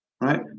Right